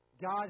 God